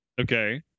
Okay